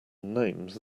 names